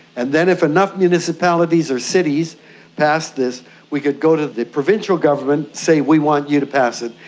and then if enough municipalities or cities passed this we could go to the provincial government, say we want you to pass it,